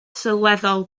sylweddol